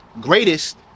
Greatest